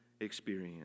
experience